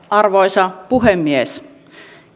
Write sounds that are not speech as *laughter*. *unintelligible* arvoisa puhemies